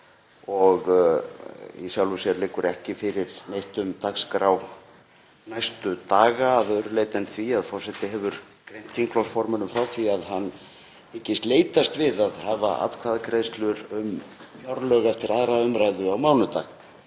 dag. Í sjálfu sér liggur ekki fyrir neitt um dagskrá næstu daga að öðru leyti en því að forseti hefur greint þingflokksformönnum frá því að hann hyggist leitast við að hafa atkvæðagreiðslur um fjárlög eftir 2. umr. á mánudag.